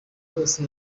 bose